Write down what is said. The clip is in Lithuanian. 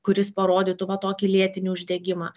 kuris parodytų va tokį lėtinį uždegimą